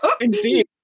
Indeed